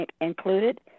included